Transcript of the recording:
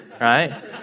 right